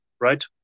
right